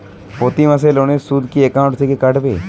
প্রতি মাসে লোনের সুদ কি একাউন্ট থেকে কাটবে?